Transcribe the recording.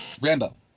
Rambo